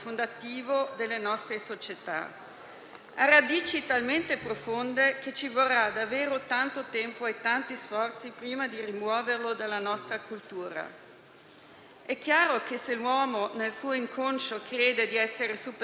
Per Feltri la ragazza si è comportata da ingenua e per questo dice di voler concedere le attenuanti generiche alla vittima. Se non fosse stata ingenua, secondo la logica di Feltri, sarebbe stata pienamente colpevole.